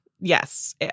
yes